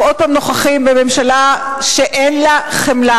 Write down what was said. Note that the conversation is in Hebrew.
אנחנו עוד פעם נוכחים בממשלה שאין לה חמלה,